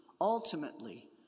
Ultimately